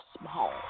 small